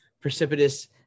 precipitous